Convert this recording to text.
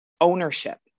ownership